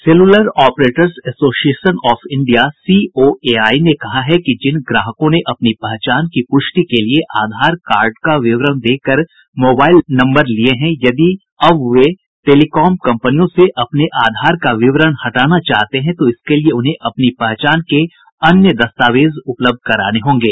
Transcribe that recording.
cellular operators association of India COAI ने कहा है कि जिन ग्राहकों ने अपनी पहचान की पुष्टि के लिए आधारकार्ड का विवरण देकर मोबाइल नंबर लिए हैं यदि अब वे टेलीकॉम कंपनियों से अपने आधार का विवरण हटाना चाहते हैं तो इसके लिए उन्हें अपनी पहचान के अन्य दस्तावेज उपलब्ध कराने होंगे